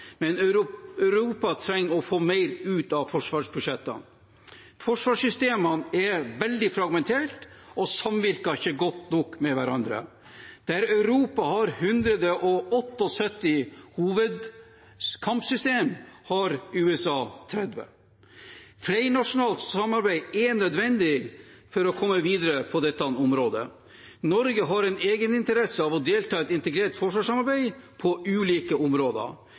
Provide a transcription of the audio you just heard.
men Europa trenger å få mer ut av forsvarsbudsjettene. Forsvarssystemene er veldig fragmenterte og samvirker ikke godt nok med hverandre. Der Europa har 178 hovedkampsystemer, har USA 30. Flernasjonalt samarbeid er nødvendig for å komme videre på dette området. Norge har en egeninteresse av å delta i et integrert forsvarssamarbeid på ulike områder.